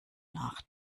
nach